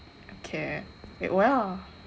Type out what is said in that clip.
care it well